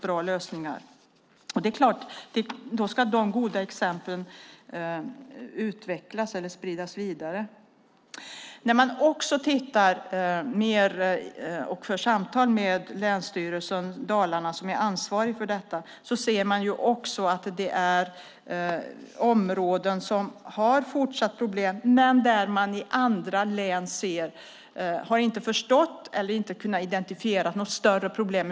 De goda exemplen ska naturligtvis utvecklas och spridas vidare. När man för samtal med länsstyrelsen i Dalarna som är ansvarig för detta förstår man att det finns områden som har fortsatta problem. I andra län har man inte kunnat identifiera något större problem.